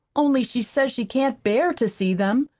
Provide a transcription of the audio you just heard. only she says she can't bear to see them,